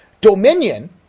dominion